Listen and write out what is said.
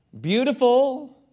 Beautiful